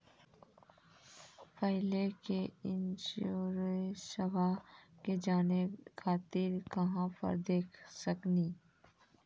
पहले के इंश्योरेंसबा के जाने खातिर कहां पर देख सकनी?